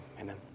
Amen